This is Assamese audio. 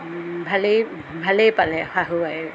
ভালেই ভালেই পালে শাহু আয়ে